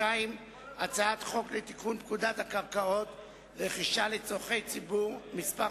2. הצעת חוק לתיקון פקודת הקרקעות (רכישה לצורכי ציבור) (מס'